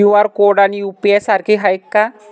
QR code आणि UPI सारखे आहेत का?